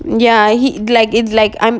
ya he like it's like I'm